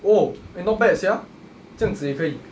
oh eh not bad sia 这样子也可以